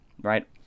right